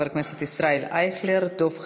אחריו, חברי הכנסת ישראל אייכלר, דב חנין,